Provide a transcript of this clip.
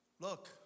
Look